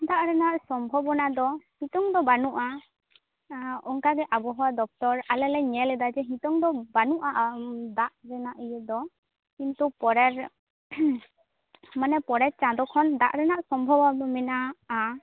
ᱫᱟᱜ ᱨᱮᱱᱟ ᱥᱚᱢᱵᱷᱚᱵᱚᱱᱟ ᱫᱚ ᱱᱤᱛᱚᱝ ᱫᱚ ᱵᱟᱹᱱᱩᱜᱼᱟ ᱚᱱᱠᱟᱜᱮ ᱟᱵᱚᱦᱟᱣᱟ ᱫᱚᱯᱛᱚᱨ ᱟᱞᱮᱞᱮ ᱧᱮᱞᱮᱫᱟ ᱡᱮ ᱱᱤᱛᱚᱝ ᱫᱚ ᱵᱟᱹᱱᱩᱜᱼᱟ ᱫᱟᱜ ᱨᱮᱱᱟᱜ ᱤᱭᱟᱹ ᱫᱚ ᱠᱤᱱᱛᱩ ᱯᱚᱨᱮᱨ ᱢᱟᱱᱮ ᱯᱚᱨᱮᱨ ᱪᱟᱸᱫᱳ ᱠᱷᱚᱱ ᱫᱟᱜ ᱨᱮᱱᱟᱜ ᱥᱚᱢᱵᱷᱚᱵ ᱢᱮᱱᱟᱜᱼᱟ